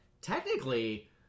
technically